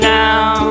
now